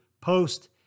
post